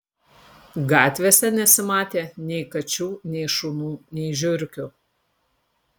gatvėse nesimatė nei kačių nei šunų nei žiurkių